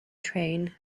train